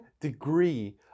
degree